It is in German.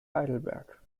heidelberg